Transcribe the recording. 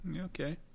Okay